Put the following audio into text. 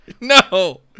No